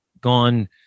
gone